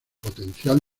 potencial